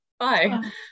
Bye